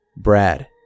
Brad